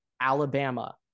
Alabama